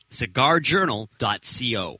cigarjournal.co